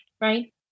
right